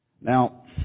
Now